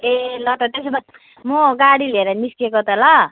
ए ल त त्यसो भए म गाडी लिएर निस्केको त ल